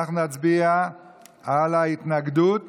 אנחנו נצביע על ההתנגדות